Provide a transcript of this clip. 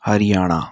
Haryana